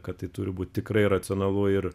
kad tai turi būti tikrai racionalu ir